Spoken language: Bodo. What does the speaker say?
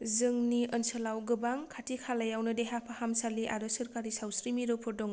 जोंनि ओनसोलाव गोबां खाथि खालायावनो देहा फाहामसालि आरो सोरखारि सावस्रि मिरुफोर दङ